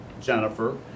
jennifer